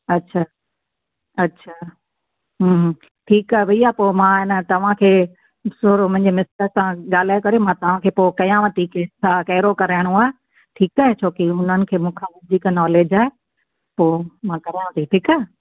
अच्छा अच्छा हूं हूं ठीकु आहे भैया पोइ मां अ न तव्हांखे थोरो मुंहिंजे मिस्टर सां ॻाल्हाए करे मां तव्हांखे पोइ कयांवती की हा कहिड़ो कराइणो आहे ठीकु आहे छोकि हुननि खे मूंखां वधीक नॉलिज आहे पोइ मां करांवती ठीकु आहे